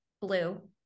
blue